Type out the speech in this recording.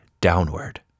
downward